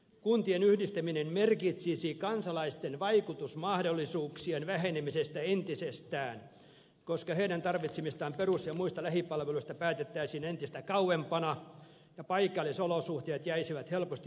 kuntien yhdistäminen merkitsisi kansalaisten vaikutusmahdollisuuksien vähenemistä entisestään koska heidän tarvitsemistaan perus ja muista lähipalveluista päätettäisiin entistä kauempana ja paikallisolosuhteet jäisivät helposti huomioon ottamatta